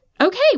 Okay